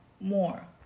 more